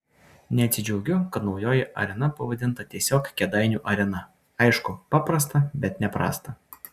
neatsidžiaugiu kad naujoji arena pavadinta tiesiog kėdainių arena aišku paprasta bet ne prasta